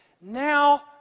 now